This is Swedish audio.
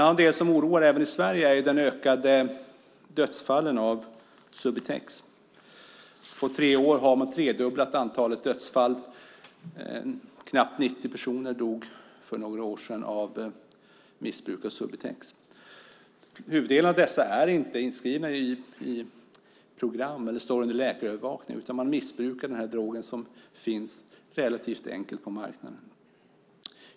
Något som oroar även i Sverige är det ökade antalet Subutexrelaterade dödsfall. På tre år har dödsfallen tredubblats; knappt 90 personer dog för några år sedan av missbruk av Subutex. Huvuddelen av missbrukarna är inte inskrivna i program eller står under läkarbevakning, utan de missbrukar den här drogen som går relativt enkelt att få tag i på marknaden.